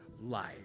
life